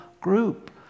group